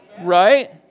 Right